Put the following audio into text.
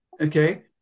Okay